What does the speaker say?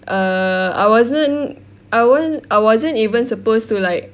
err I wasn't I wasn't I wasn't even supposed to like